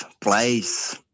place